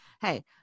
hey